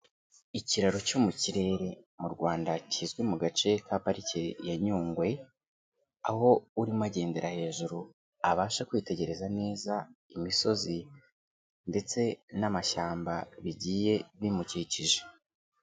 Ikiraro cyo mu kirere mu Rwanda kizwi mu gace ka parike ya Nyungwe aho urimo agendera hejuru, abasha kwitegereza neza imisozi ndetse n'amashyamba bigiye bimukikije.